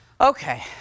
Okay